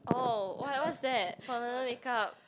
oh what what's that permanent makeup